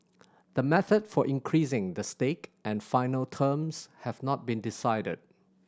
the method for increasing the stake and final terms have not been decided